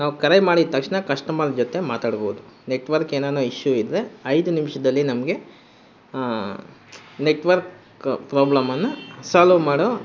ನಾವು ಕರೆ ಮಾಡಿದ ತಕ್ಷಣ ಕಸ್ಟಮರ್ ಜೊತೆ ಮಾತಾಡ್ಬೋದು ನೆಟ್ವರ್ಕ್ ಏನಾನ ಇಶ್ಯೂ ಇದ್ದರೆ ಐದು ನಿಮಿಷದಲ್ಲಿ ನಮಗೆ ನೆಟ್ವರ್ಕ್ ಪ್ರಾಬ್ಲಮನ್ನು ಸಾಲು ಮಾಡೋ